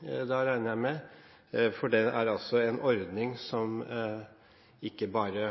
da, regner jeg med, for det er altså en ordning som SV ikke bare